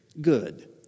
good